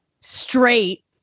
straight